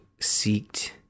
seeked